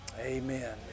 Amen